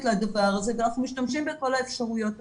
לדבר הזה ואנחנו משתמשים בכל האפשרויות הקיימות.